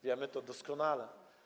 Wiemy to doskonale.